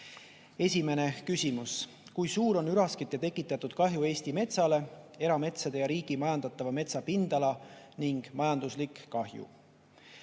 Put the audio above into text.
Esimene küsimus: "Kui suur on üraskite tekitatud kahju Eesti metsale (erametsade ja riigi majandatava metsa pindala ning majanduslik kahju)?"